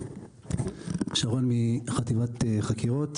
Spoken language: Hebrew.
שרון מחטיבת חקירות.